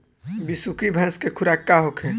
बिसुखी भैंस के खुराक का होखे?